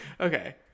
Okay